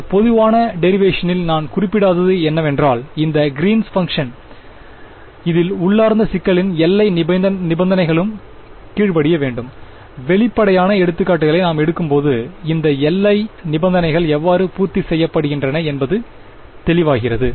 இந்த பொதுவான டெரிவேஷனில் நான் குறிப்பிடாதது என்னவென்றால் இந்த கிரீன்ஸ் பங்க்ஷன் இதில் உள்ளார்ந்த சிக்கலின் எல்லை நிபந்தனைகளுக்கும் கீழ்ப்படிய வேண்டும் வெளிப்படையான எடுத்துக்காட்டுகளை நாம் எடுக்கும்போது இந்த எல்லை நிபந்தனைகள் எவ்வாறு பூர்த்தி செய்யப்படுகின்றன என்பது தெளிவாகிறது